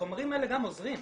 החומרים האלה גם עוזרים.